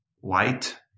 white